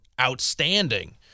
outstanding